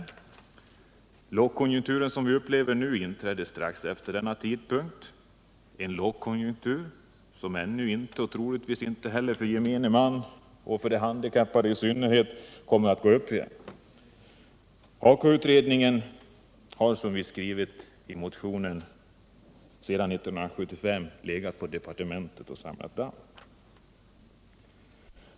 Den lågkonjunktur vi upplever nu inträdde strax efter denna tidpunkt — en lågkonjunktur som ännu inte har vikit och som troligtvis inte heller för gemene man och de handikappade i synnerhet kommer att vända uppåt igen. HAKO-utredningen har, som vi skriver i motionen, sedan 1975 legat på departementet och samlat damm.